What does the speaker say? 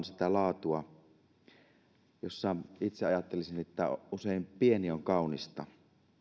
sitä laatua itse ajattelisin jossa usein pieni on kaunista